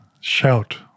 Shout